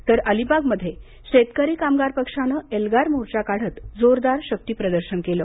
तर अलिबागमध्ये शेतकरी कामगार पक्षानं एल्गार मोर्चा काढत जोरदार शक्तिप्रदर्शन केलं